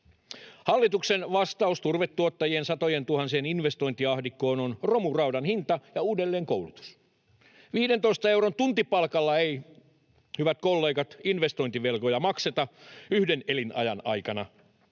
Hallituksen vastaus turvetuottajien satojentuhansien investointiahdinkoon on romuraudan hinta ja uudelleenkoulutus. 15 euron tuntipalkalla ei, hyvät kollegat, investointivelkoja makseta yhden elinajan aikana,